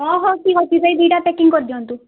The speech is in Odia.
ହେଉ ହେଉ ଠିକ ଅଛି ସେଇ ଦୁଇଟା ପ୍ୟାକିଙ୍ଗ୍ କରିଦିଅନ୍ତୁ